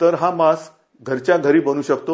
तर हा मास्क घरच्या घरी बनवू शकतो